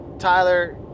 Tyler